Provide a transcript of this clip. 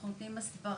אנחנו נותנים הסברה,